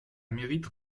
mérite